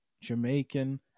Jamaican